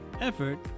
Effort